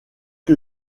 que